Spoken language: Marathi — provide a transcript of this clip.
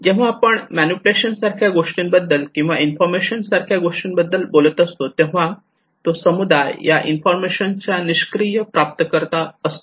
जेव्हा आपण मॅनिप्युलेशन सारख्या गोष्टीबद्दल किंवा इन्फॉर्मेशन सारख्या गोष्टीबद्दल बोलत असतो तेव्हा तो समुदाय या इन्फॉर्मेशन चा निष्क्रिय प्राप्तकर्ता असतो